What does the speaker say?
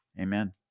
Amen